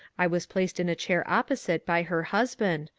i was placed in a chair opposite by her husband,